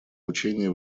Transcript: учения